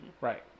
Right